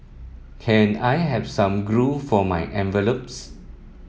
can I have some glue for my envelopes